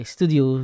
Studio